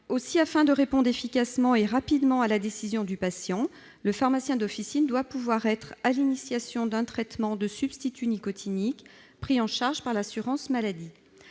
Aussi, afin de répondre efficacement et rapidement à la décision du patient, le pharmacien d'officine doit pouvoir prendre l'initiative d'un traitement de substituts nicotiniques pris en charge par l'assurance maladie.